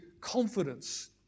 confidence